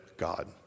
God